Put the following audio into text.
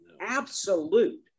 absolute